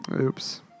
Oops